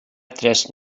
tres